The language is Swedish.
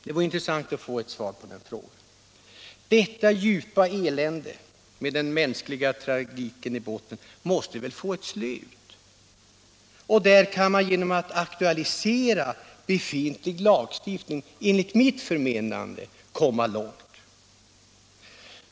Det vore intressant att få justitieministerns svar på den frågan. Detta djupa elände med den mänskliga tragiken i botten måste få ett slut, och där kan man enligt mitt förmenande genom att aktualisera redan befintlig lagstiftning komma långt.